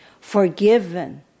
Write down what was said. Forgiven